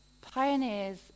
pioneers